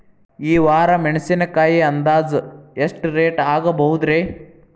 ಈ ವಾರ ಮೆಣಸಿನಕಾಯಿ ಅಂದಾಜ್ ಎಷ್ಟ ರೇಟ್ ಆಗಬಹುದ್ರೇ?